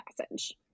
Passage